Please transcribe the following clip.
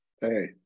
Hey